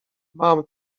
mam